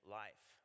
life